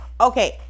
Okay